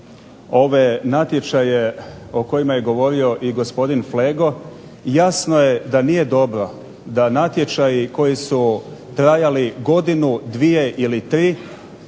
ove natječaje o kojima je govorio i gospodin Flego, jasno je da nije dobro da natječaji koji su trajali godinu, dvije ili tri,